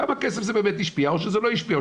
בכמה כסף זה באמת השפיע או שזה לא השפיע,